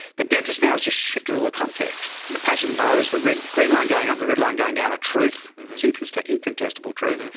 the dentist now has just shifted a little context. the patient knows the red green line going up the red line going down a truth synchronous to incontestable truth.